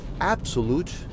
absolute